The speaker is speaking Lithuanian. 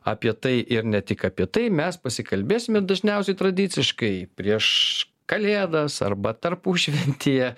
apie tai ir ne tik apie tai mes pasikalbėsime dažniausiai tradiciškai prieš kalėdas arba tarpušventyje